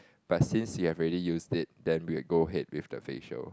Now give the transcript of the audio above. but since you've already used it then we will go ahead with the facial